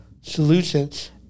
solutions